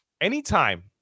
Anytime